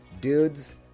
dudes